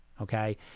Okay